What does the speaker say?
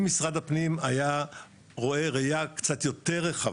אם משרד הפנים היה רואה ראיה קצת יותר רחבה,